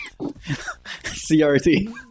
CRT